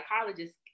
psychologist